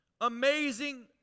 amazing